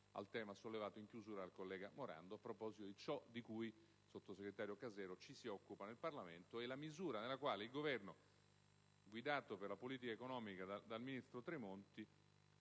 al tema sollevato in chiusura dal collega Morando a proposito di ciò di cui - sottosegretario Casero - ci si occupa nel Parlamento, e della misura con la quale il Governo, guidato per la politica economica dal ministro Tremonti,